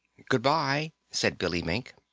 good-by, said billy mink.